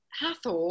Hathor